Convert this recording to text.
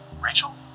Rachel